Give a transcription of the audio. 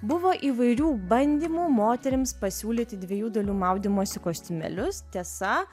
buvo įvairių bandymų moterims pasiūlyti dviejų dalių maudymosi kostiumėlius tiesa